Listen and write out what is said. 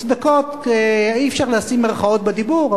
אי-אפשר לשים מירכאות בדיבור,